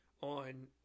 on